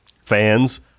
fans